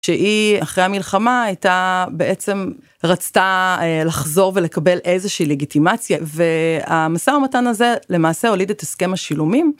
שהיא אחרי המלחמה הייתה בעצם רצתה לחזור ולקבל איזושהי לגיטימציה והמשא המתן הזה למעשה הוליד את הסכם השילומים.